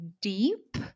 deep